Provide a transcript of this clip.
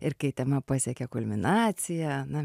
ir kai tema pasiekia kulminaciją na